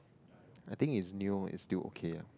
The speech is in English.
I think it's new it's still okay